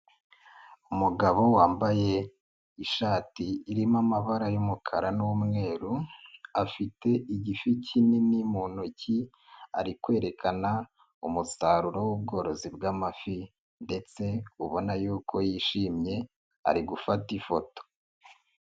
Umugabo wambaye ishati irimo amabara y'umukara n'umweru afite igifi kinini mu ntoki, ari kwerekana umusaruro w'ubworozi bw'amafi ndetse ubona y'uko yishimye ari gufata ifoto.